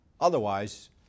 Otherwise